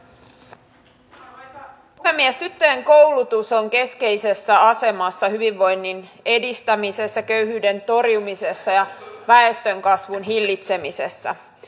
tyttöjen koulutus on keskeisessä asemassa hyvinvoinnin edistämisessä köyhyyden torjumisessa ja väestönkasvun hillitsemisessä